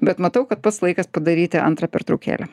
bet matau kad pats laikas padaryti antrą pertraukėlę